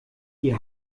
die